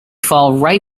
fall